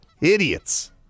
idiots